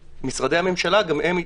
משרדי הממשלה גם הם לא